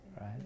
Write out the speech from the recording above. right